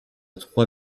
trois